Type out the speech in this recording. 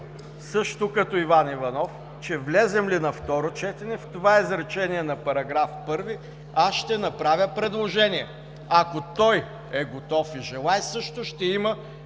също като Иван Иванов, че влезем ли на второ четене в това изречение на § 1 аз ще направя предложение. Ако той е готов и желае, също ще има